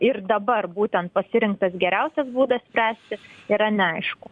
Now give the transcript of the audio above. ir dabar būtent pasirinktas geriausias būdas spręsti yra neaišku